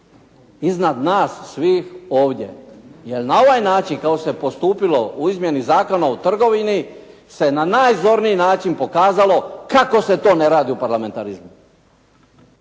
iznad nas svih ovdje jer na ovaj način kako se postupilo u izmjeni Zakona o trgovini se na najzorniji način pokazalo kako se to ne radi u parlamentarizmu.